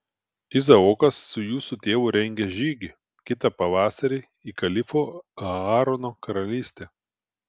izaokas su jūsų tėvu rengia žygį kitą pavasarį į kalifo aarono karalystę